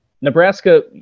Nebraska